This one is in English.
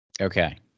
Okay